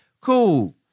Cool